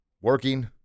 working